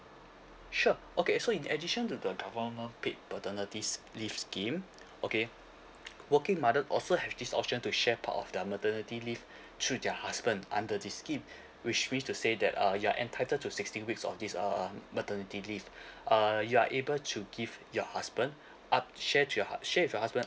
sure okay so in addition to the government paid paternity leave scheme okay working mother also have this option to share part of their maternity leave through their husband under this scheme which means to say that uh you are entitled to sixteen weeks of this um maternity leave uh you are able to give your husband up share to your hu~ share your husband